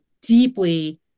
deeply